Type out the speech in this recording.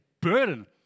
burden